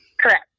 correct